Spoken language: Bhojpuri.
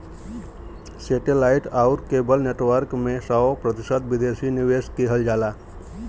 सेटे लाइट आउर केबल नेटवर्क में सौ प्रतिशत विदेशी निवेश किहल जाला